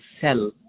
cell